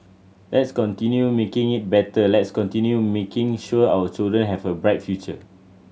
let's continue making it better let's continue making sure our children have a bright future